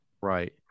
right